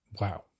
wow